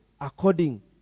according